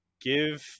Give